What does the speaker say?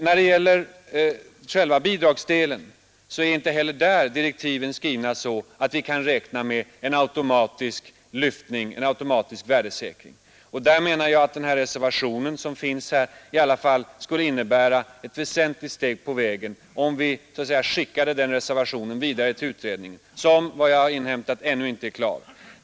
När det gäller själva bidragsdelen är inte heller där direktiven skrivna så att vi kan räkna med en automatisk värdesäkring. Där menar jag att den reservation som finns i alla fall skulle innebära ett väsentligt steg på vägen om vi så att säga skickade denna reservation vidare till utredningen, som enligt vad jag inhämtat ännu inte är klar.